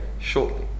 shortly